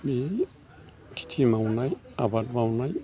बे खिथि मावनाय आबाद मावनाय